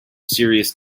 serious